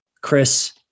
Chris